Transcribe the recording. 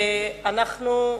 הנה.